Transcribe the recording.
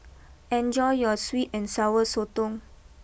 enjoy your sweet and Sour Sotong